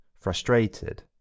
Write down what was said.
frustrated